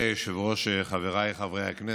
אדוני היושב-ראש, חבריי חברי הכנסת,